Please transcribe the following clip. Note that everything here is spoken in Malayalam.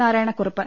നാരായണക്കുറുപ്പ്